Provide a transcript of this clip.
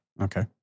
Okay